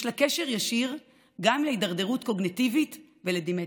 יש לה קשר ישיר גם להידרדרות קוגניטיבית ולדמנציה.